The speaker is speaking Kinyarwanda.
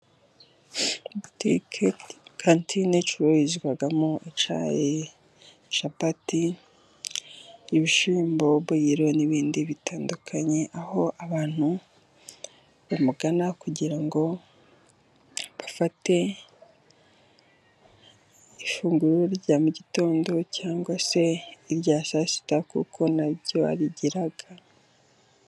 Butike, kantine icururizwamo icyayi, capati, ibishyimbo boyiro n'ibindi bitandukanye, aho abantu bamugana kugirango bafate ifunguro rya mugitondo, cyangwa se irya saa sita kuko naryo arigira.